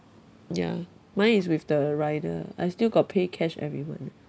ya mine is with the rider I still got pay cash every month